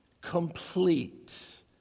complete